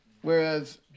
whereas